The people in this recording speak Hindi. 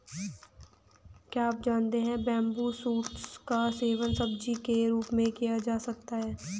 क्या आप जानते है बम्बू शूट्स का सेवन सब्जी के रूप में किया जा सकता है?